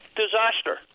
disaster